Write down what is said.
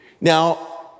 Now